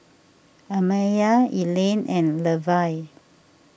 Amaya Elaine and Levie